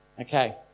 Okay